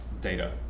data